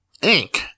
Inc